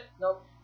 Nope